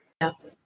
Yes